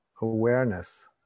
awareness